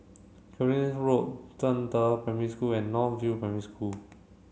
Cairnhill Road Zhangde Primary School and North View Primary School